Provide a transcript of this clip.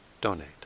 donate